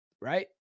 right